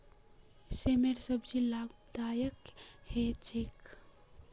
सेमेर सब्जी लाभदायक ह छेक